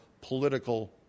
political